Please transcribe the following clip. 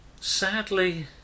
Sadly